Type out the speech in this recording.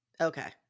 Okay